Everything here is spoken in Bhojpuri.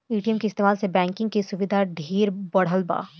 ए.टी.एम के इस्तमाल से बैंकिंग के सुविधा ढेरे बढ़ल बा